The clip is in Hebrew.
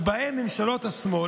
ובהן ממשלות השמאל,